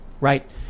right